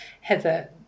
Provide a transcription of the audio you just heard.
Heather